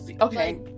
Okay